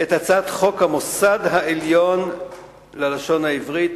את הצעת חוק המוסד העליון ללשון העברית,